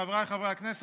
חבריי חברי הכנסת,